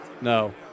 no